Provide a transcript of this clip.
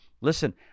Listen